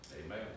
Amen